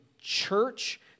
church